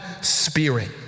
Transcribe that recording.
spirit